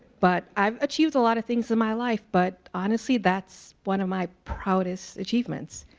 but i have achieved a lot of things in my life but honestly that's one of my proudest achievements.